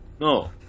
No